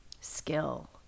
skill